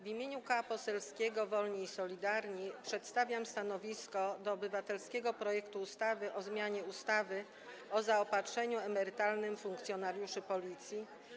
W imieniu Koła Poselskiego Wolni i Solidarni przedstawiam stanowisko wobec obywatelskiego projektu ustawy o zmianie ustawy o zaopatrzeniu emerytalnym funkcjonariuszy Policji.